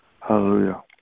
Hallelujah